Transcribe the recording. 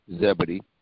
Zebedee